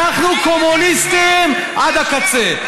אנחנו קומוניסטים עד הקצה.